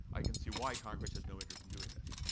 i can see why congress has no interest in doing this.